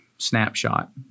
Snapshot